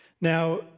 Now